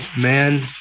man